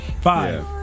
Five